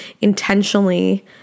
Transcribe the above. intentionally